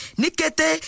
nikete